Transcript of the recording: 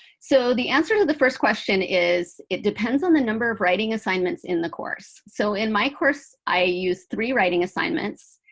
so the answer to the first question is it depends on the number of writing assignments in the course. so in my course, i use three writing assignments.